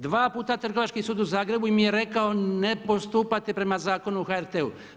Dva puta Trgovački sud u Zagrebu im je rekao ne postupate prema Zakonu o HRT-u.